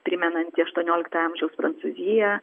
primenanti aštuonioliktojo amžiaus prancūziją